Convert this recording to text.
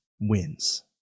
wins